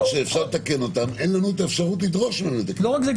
שאפשר לתקן, אין לנו אפשרות לדרוש --- לא רק זה,